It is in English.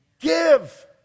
Give